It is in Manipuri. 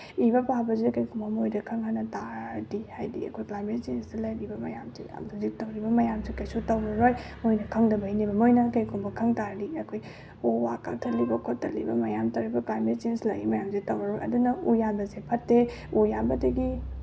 ꯏꯕ ꯄꯥꯕꯁꯦ ꯀꯔꯤꯒꯨꯝꯕ ꯃꯣꯏꯗ ꯈꯪꯍꯜꯂ ꯇꯥꯔꯗꯤ ꯍꯥꯏꯗꯤ ꯑꯩꯈꯣꯏ ꯀ꯭ꯂꯥꯏꯃꯦꯠ ꯆꯦꯟꯖꯇ ꯂꯩꯔꯤꯕ ꯃꯌꯥꯝꯁꯦ ꯌꯥꯝ ꯍꯧꯖꯤꯛ ꯇꯧꯔꯤꯕ ꯃꯌꯥꯝꯁꯦ ꯀꯩꯁꯨ ꯇꯧꯔꯔꯣꯏ ꯃꯣꯏꯅ ꯈꯪꯗꯕꯩꯅꯦꯕ ꯃꯣꯏꯅ ꯀꯩꯒꯨꯝꯕ ꯈꯪ ꯇꯥꯔꯗꯤ ꯑꯩꯈꯣꯏ ꯎ ꯋꯥ ꯀꯛꯊꯠꯂꯤꯕ ꯈꯣꯠꯇꯠꯂꯤꯕ ꯃꯌꯥꯝ ꯇꯧꯔꯤꯕ ꯀ꯭ꯂꯥꯏꯃꯦꯠ ꯆꯦꯟꯖ ꯂꯥꯛꯏꯕ ꯃꯌꯥꯝꯁꯦ ꯇꯧꯔꯔꯣꯏ ꯑꯗꯨꯅ ꯎ ꯌꯥꯟꯕꯁꯦ ꯐꯠꯇꯦ ꯎ ꯌꯥꯟꯕꯗꯒꯤ